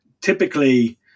Typically